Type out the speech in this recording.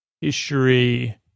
history